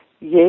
Yes